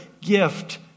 gift